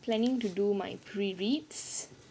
planning to do my pre reads